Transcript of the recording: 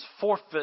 forfeit